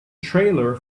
trailer